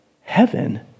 heaven